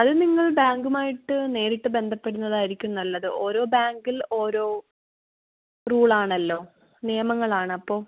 അത് നിങ്ങൾ ബാങ്കുമായിട്ട് നേരിട്ട് ബന്ധപ്പെടുന്നതായിരിക്കും നല്ലത് ഓരോ ബാങ്കിൽ ഓരോ റൂളാണല്ലോ നിയമങ്ങളാണ് അപ്പോൾ